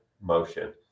motion